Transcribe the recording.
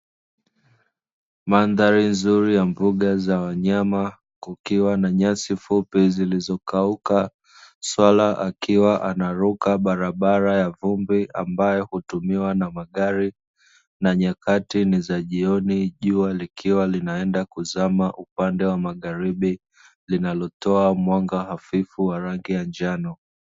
Mandhari nzuri ya mbuga za wanyama, kukiwa na nyasi fupi zilizokauka. Swala akiwa anavuka barabara ya vumbi, ambayo hutumiwa na magari na nyakati ni za jioni, jua likiwa linaenda kuzama upande wa magharibi, linalotoa mwanga hafifu wa rangi ya njano.